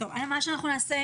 אפשר לתת